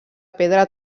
pedra